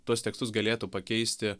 tuos tekstus galėtų pakeisti